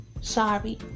Sorry